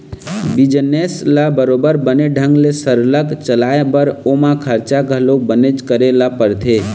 business ल बरोबर बने ढंग ले सरलग चलाय बर ओमा खरचा घलो बनेच करे ल परथे